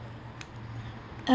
uh